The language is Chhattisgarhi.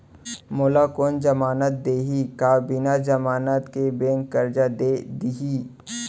मोला कोन जमानत देहि का बिना जमानत के बैंक करजा दे दिही?